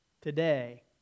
Today